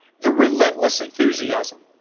the relentless enthusiasm,